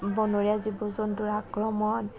বনৰীয়া জীৱ জন্তুৰ আক্ৰমণ